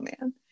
man